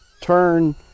turn